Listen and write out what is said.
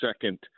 second